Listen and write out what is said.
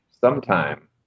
sometime